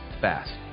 fast